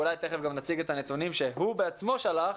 אולי תיכף גם נציג את הנתונים שהוא בעצמו שלח,